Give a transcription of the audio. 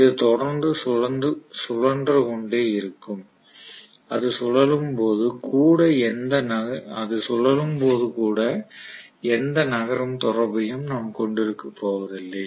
இது தொடர்ந்து சுழன்று கொண்டே இருக்கும் அது சுழலும் போது கூட எந்த நகரும் தொடர்பையும் நாம் கொண்டிருக்க போவதில்லை